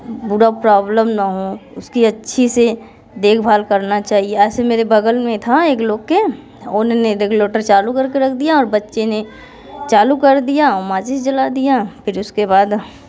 problem न हो उसकी अच्छी से देखभाल करना चाहिए ऐसे मेरे बगल में था एक लोग के उन्होंने रेगुलेटर चालू करके रख दिया और बच्चे ने चालू कर दिया माचिस जला दिया फिर उसके बाद